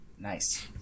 Nice